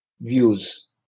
views